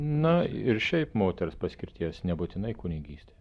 na ir šiaip moters paskirties nebūtinai kunigystė